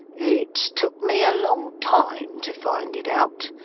it's took me a long time to find it out.